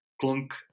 clunk